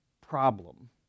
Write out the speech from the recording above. problem